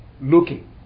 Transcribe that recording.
looking